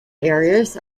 areas